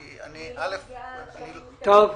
כי זה לא מגיע לשלבים מתקדמים בטיפול.